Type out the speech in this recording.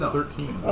Thirteen